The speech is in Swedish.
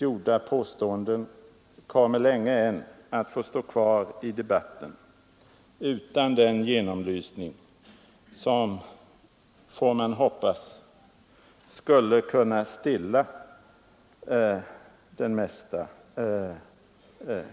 Gjorda påståenden kommer alltså länge än att få stå kvar i debatten utan den genomlysning som, får man hoppas, skulle kunna stilla den mesta